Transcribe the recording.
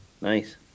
Nice